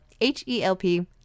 H-E-L-P